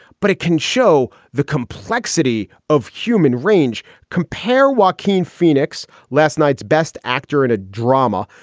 but it can show the complexity of human race. compare walking phoenix. last night's best actor in a drama.